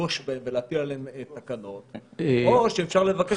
לנגוש בהם ולהטיל עליהם תקנות או שאפשר לבקש